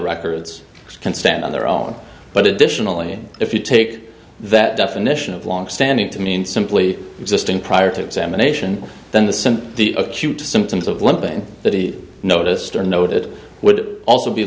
records can stand on their own but additionally if you take that definition of longstanding to mean simply existing prior to examination then the sent the acute symptoms of limping that he noticed or noted would also be